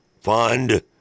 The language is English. fund